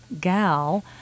gal